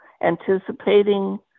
anticipating